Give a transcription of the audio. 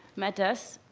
met us.